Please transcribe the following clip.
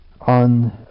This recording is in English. on